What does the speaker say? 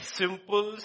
simple